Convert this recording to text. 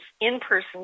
in-person